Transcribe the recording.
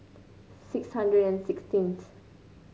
six hundred and sixteenth